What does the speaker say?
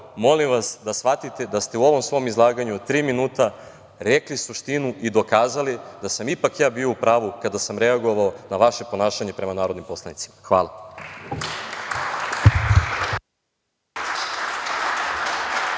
molim da shvatite da ste u ovom svom izlaganju od tri minuta rekli suštinu i dokazali da sam ipak ja bio u pravu kada sam reagovao na vaše ponašanje prema narodnim poslanicima. Hvala.